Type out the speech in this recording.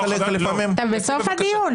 בחסות בג"ץ.